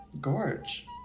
Gorge